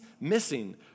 missing